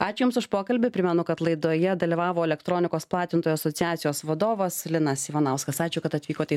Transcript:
ačiū jums už pokalbį primenu kad laidoje dalyvavo elektronikos platintojų asociacijos vadovas linas ivanauskas ačiū kad atvykote į